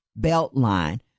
Beltline